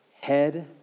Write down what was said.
head